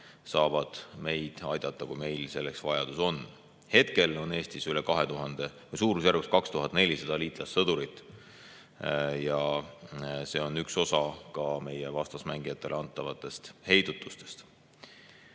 aitavad meid, kui meil selleks vajadus on. Hetkel on Eestis üle 2000, suurusjärgus 2400 liitlassõdurit. See on üks osa ka meie vastasmängijatele antavatest heidutusest.